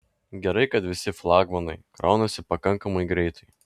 gerai kad visi flagmanai kraunasi pakankamai greitai